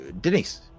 Denise